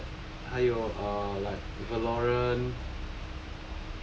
then 还有 uh like valorant